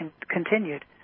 continued